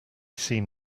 seen